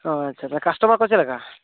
ᱚ ᱟᱪᱪᱷᱟ ᱛᱚ ᱠᱟᱥᱴᱚᱢᱟᱨ ᱠᱚ ᱪᱮᱫ ᱞᱮᱠᱟ